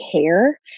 care